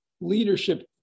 leadership